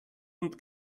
und